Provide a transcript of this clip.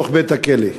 בתוך בית-הכלא.